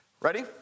Ready